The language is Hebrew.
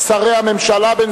הצעת חוק הממשלה (תיקון,